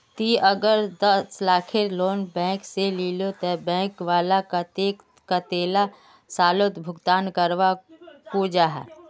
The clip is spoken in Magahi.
ती अगर दस लाखेर लोन बैंक से लिलो ते बैंक वाला कतेक कतेला सालोत भुगतान करवा को जाहा?